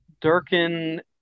Durkin